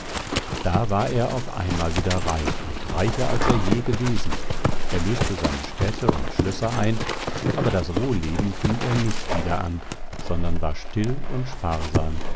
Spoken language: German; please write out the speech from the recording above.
da war er auf einmal wieder reich und reicher als er je gewesen er löste seine städte und schlößer ein aber das wohlleben fing er nicht wieder an sondern war still und sparsam